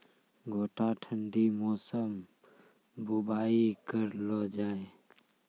गोटा ठंडी मौसम बुवाई करऽ लो जा?